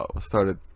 started